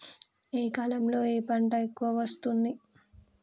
ఏ కాలంలో ఏ పంట ఎక్కువ వస్తోంది?